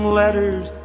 letters